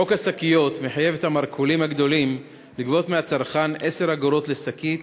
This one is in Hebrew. חוק השקיות מחייב את המרכולים הגדולים לגבות מהצרכן 10 אגורות לשקית,